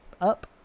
up